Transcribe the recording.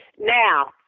Now